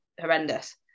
horrendous